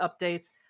updates